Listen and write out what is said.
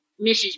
Mrs